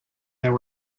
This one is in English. there